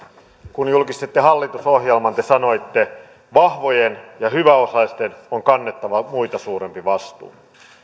kun julkistitte hallitusohjelman te sanoitte vahvojen ja hyväosaisten on kannettava muita suurempi vastuu